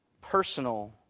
personal